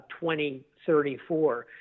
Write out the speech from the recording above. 2034